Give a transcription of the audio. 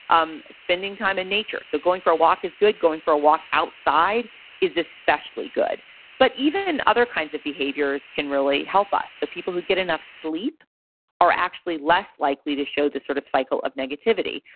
um spending time in nature. so going for a walk is good, going for a walk outside is especially good but even other kinds of behaviors can really help us. so people who get enough sleep are actually less likely to show this sort of cycle of negativity.